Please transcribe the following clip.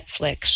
Netflix